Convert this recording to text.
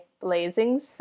Blazing